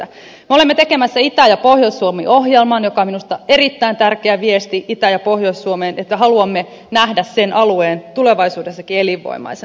me olemme tekemässä itä ja pohjois suomi ohjelman joka on minusta erittäin tärkeä viesti itä ja pohjois suomeen että haluamme nähdä sen alueen tulevaisuudessakin elinvoimaisena